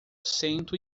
cento